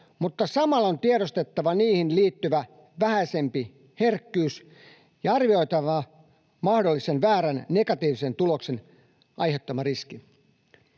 mutta samalla on tiedostettava niihin liittyvä vähäisempi herkkyys ja arvioitava mahdollisen väärän negatiivisen tuloksen aiheuttama riski.”